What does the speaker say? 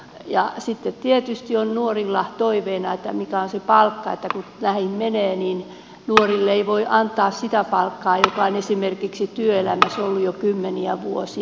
ja sitten tietysti nuorilla on toiveet siitä mikä on se palkka mutta kun näin menee niin nuorille ei voi antaa sitä palkkaa joka on esimerkiksi sillä joka on työelämässä ollut jo kymmeniä vuosia